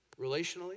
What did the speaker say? relationally